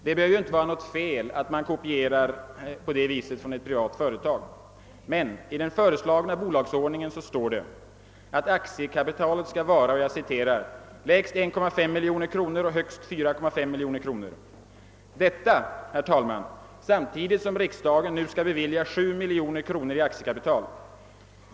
Det behöver ju inte vara något fel att på det sättet kopiera en bolagsordning i ett privat företag, men i den föreslagna bolagsordningen står det att aktiekapitalet skall »vara lägst 1,5 miljoner kronor och högst 4,5 miljoner kronor« — detta, herr talman, samtidigt som riksdagen enligt propositionen nu skall bevilja 7 miljoner kronor mera i aktiekapital!